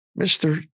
Mr